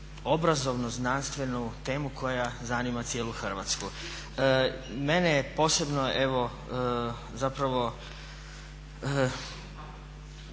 obrazovnu, znanstvenu temu koja zanima cijelu Hrvatsku. Mene je posebno zapravo,